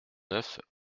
neuf